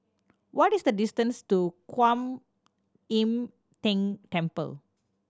what is the distance to Kuan Im Tng Temple